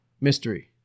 mystery